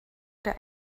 der